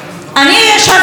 אני ישבתי שם,